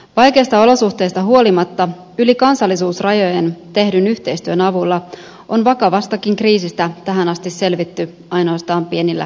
vaikeista olosuhteista huolimatta yli kansallisuusrajojen tehdyn yhteistyön avulla on vakavastakin kriisistä tähän asti selvitty ainoastaan pienillä kolhuilla